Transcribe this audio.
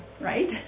right